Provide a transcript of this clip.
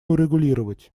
урегулировать